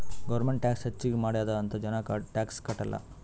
government tax ಹೆಚ್ಚಿಗ್ ಮಾಡ್ಯಾದ್ ಅಂತ್ ಜನ ಟ್ಯಾಕ್ಸ್ ಕಟ್ಟಲ್